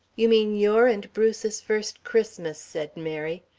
you mean your and bruce's first christmas, said mary.